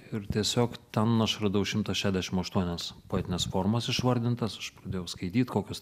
ir tiesiog ten aš radau šimtą šedešim aštuonias poetines formas išvardintas aš pradėjau skaityt kokios